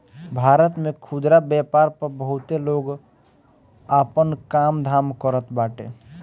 भारत में खुदरा व्यापार पअ बहुते लोग आपन काम धाम करत बाटे